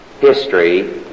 History